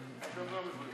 חבר הכנסת מיקי לוי,